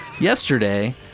yesterday